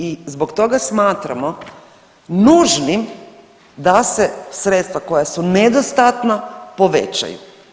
I zbog toga smatramo nužnim da se sredstva koja su nedostatna povećaju.